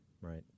right